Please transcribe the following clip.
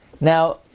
Now